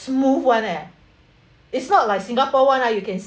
smooth [one] eh it's not like singapore [one] ah you can